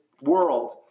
world